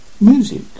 Music